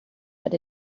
but